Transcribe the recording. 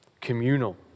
communal